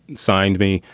signed me.